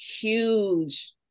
Huge